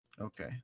Okay